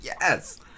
Yes